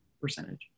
percentage